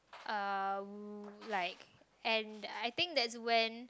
uh like and I think that's when